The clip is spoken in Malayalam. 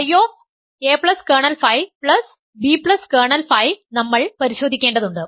Ψ a കേർണൽ Φ b കേർണൽ Φ നമ്മൾ പരിശോധിക്കേണ്ടതുണ്ട്